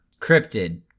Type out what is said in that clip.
cryptid